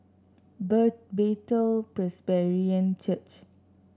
Bethel Presbyterian Church